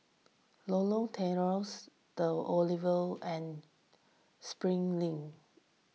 Lorong Tawas the Oval and Springleaf Link